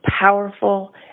powerful